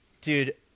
Dude